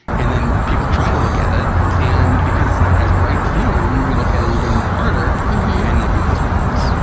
and then people try to look at it and because it's not as bright feeling, you look at it even harder and that can cause problems.